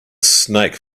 snake